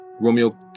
Romeo